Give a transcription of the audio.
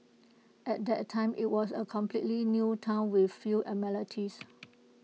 at that time IT was A completely new Town with few amenities